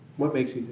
what makes